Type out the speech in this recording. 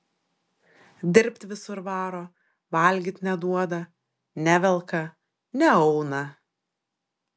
dirbt visur varo valgyt neduoda nevelka neauna